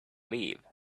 leave